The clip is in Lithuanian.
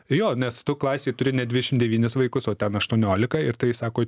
jo nes tu klasėj turi ne dviešim devynis vaikus o ten aštuoniolika ir tai sako